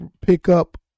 pickup